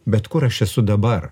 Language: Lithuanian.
bet kur aš esu dabar